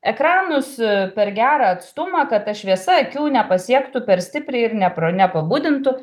ekranus per gerą atstumą kad ta šviesa akių nepasiektų per stipriai ir nepro nepabudintų